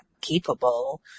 capable